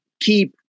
keep